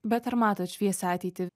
bet ar matot šviesią ateitį